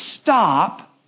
stop